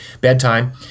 bedtime